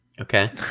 okay